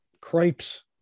Cripes